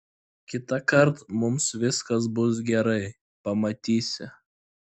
kitąkart mums viskas bus gerai pamatysi